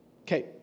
Okay